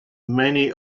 many